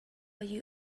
you